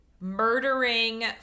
murdering